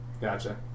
Gotcha